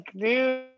dude